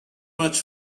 much